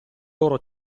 loro